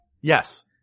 Yes